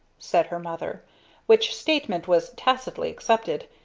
said her mother which statement was tacitly accepted.